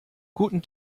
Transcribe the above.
guten